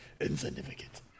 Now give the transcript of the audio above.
Insignificant